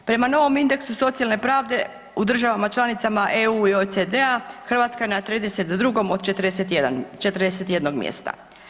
Prema novom indeksu socijalne pravde u državama članicama EU i OECD-a Hrvatska je na 32 od 41 mjesta.